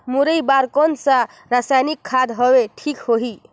मुरई बार कोन सा रसायनिक खाद हवे ठीक होही?